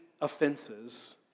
offenses